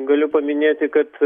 galiu paminėti kad